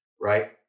right